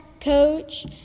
coach